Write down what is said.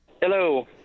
hello